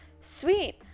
Sweet